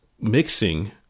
mixing